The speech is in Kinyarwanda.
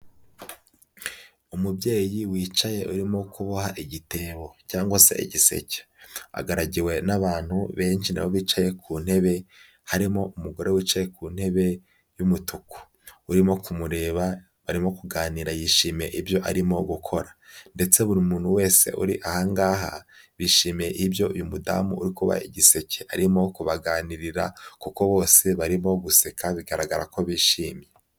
Umubyeyi wicaye urimo kuboha igitebo cyangwa se igiseke, agaragiwe n'abantu benshi nabo bicaye ku ntebe, harimo umugore wicaye ku ntebe y'umutuku, urimo kumureba barimo kuganira yishimiye ibyo arimo gukora ndetse buri muntu wese uri aha ngaha bishimiye ibyo uyu mudamu uri kuboha igiseke arimo kubaganirira, kuko bose barimo guseka bigaragara ko bishimye.